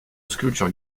sculpture